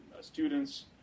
students